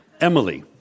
Emily